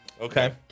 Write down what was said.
Okay